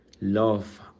love